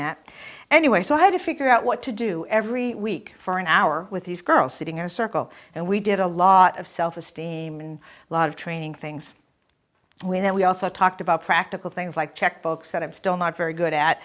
that anyway so i had to figure out what to do every week for an hour with these girls sitting in a circle and we did a lot of self esteem and lot of training things when we also talked about practical things like check books that i'm still not very good at